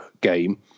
game